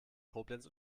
koblenz